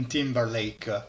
Timberlake